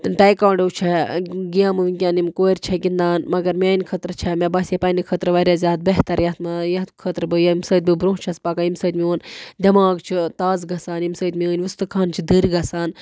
taekwondo چھےٚ گیٚمہٕ وُنکٮ۪ن یِم کورِ چھےٚ گِنٛدان مگر میانہِ خٲطرٕ چھےٚ مےٚ باسے پنٕنہِ خٲطرٕ واریاہ زیادٕ بہتر یَتھ منٛز یتھ خٲطرٕ ییٚمہِ سۭتۍ بہٕ برٛونٛہہ چھَس پَکان ییٚمہِ سۭتۍ میٛون دٮ۪ماغ چھُ تازٕ گژھان ییٚمہِ سۭتۍ میٛٲنۍ وُستخانہٕ چھِ دٔرۍ گژھان